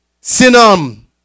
synonym